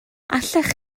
allech